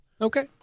Okay